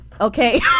Okay